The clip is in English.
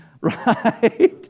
Right